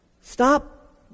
Stop